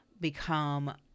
become